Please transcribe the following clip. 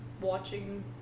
watching